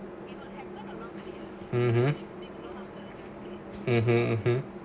(uh huh)